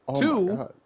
two